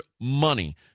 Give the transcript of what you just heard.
money